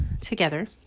together